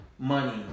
Money